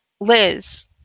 Liz